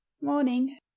Morning